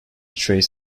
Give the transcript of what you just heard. trace